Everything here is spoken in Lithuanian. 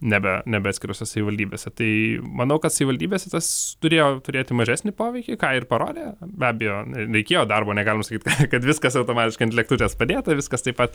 nebe nebe atskirose savivaldybėse tai manau kad savivaldybėse tas turėjo turėti mažesnį poveikį ką ir parodė be abejo reikėjo darbo negalim sakyt kad viskas automatiškai ant lėkštutės padėta viskas taip pat